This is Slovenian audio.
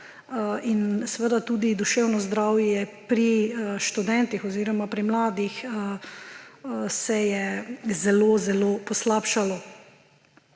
in seveda tudi duševno zdravje pri študentih oziroma pri mladih se je zelo zelo poslabšalo.